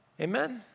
Amen